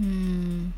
mm